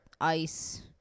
ice